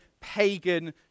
pagan